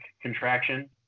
contraction